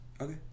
Okay